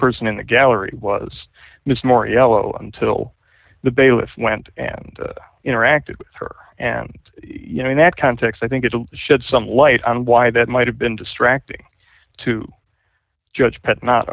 person in the gallery was miss more e l o until the bailiff went and interacted with her and you know in that context i think it will shed some light on why that might have been distracting to judge pet not